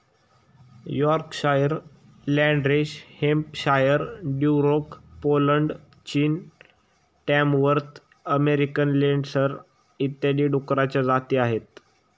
Yorkshire, landrace Hampshire, Duroc Poland, चीन, Tamworth American लेन्सडर इत्यादी डुकरांच्या जाती आहेत